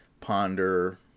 ponder